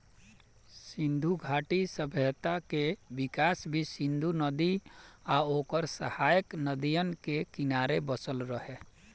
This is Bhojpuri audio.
सिंधु घाटी सभ्यता के विकास भी सिंधु नदी आ ओकर सहायक नदियन के किनारे बसल रहे